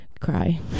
cry